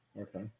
Okay